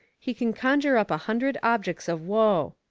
he can conjure up a hundred objects of woe.